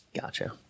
Gotcha